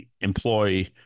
employ